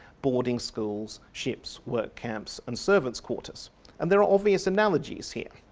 boarding schools, ships, work camps and servants quarters and there are obvious analogies here.